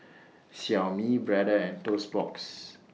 Xiaomi Brother and Toast Box